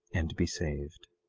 and be saved.